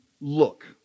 look